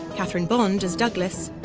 kathryn bond as douglas,